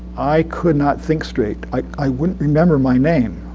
i could not think straight. i wouldn't remember my name.